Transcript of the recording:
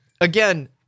Again